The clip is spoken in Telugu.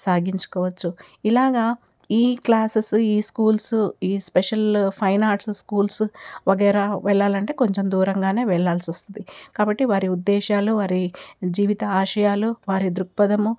సాగించుకోవచ్చు ఇలాగా ఈ క్లాసెస్ ఈ స్కూల్స్ ఈ స్పెషల్ ఫైన్ ఆర్ట్స్ స్కూల్స్ వగైరా వెళ్ళాలంటే కొంచెం దూరంగానే వెళ్ళాల్సి వస్తుంది కాబట్టి వారి ఉద్దేశాలు వారి జీవిత ఆశయాలు వారి దృక్పథము